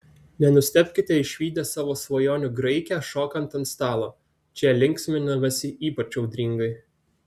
nenustebkite išvydę savo svajonių graikę šokant ant stalo čia linksminamasi ypač audringai